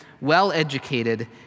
well-educated